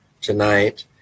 tonight